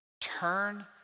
Turn